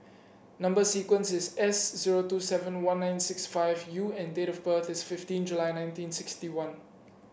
number sequence is S zero two seven one nine six five U and date of birth is fifteen July nineteen sixty one